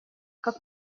как